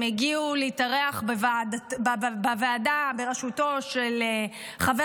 הם הגיעו להתארח בוועדה בראשותו של חבר